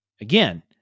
Again